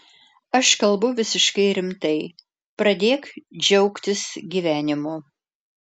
aš kalbu visiškai rimtai pradėk džiaugtis gyvenimu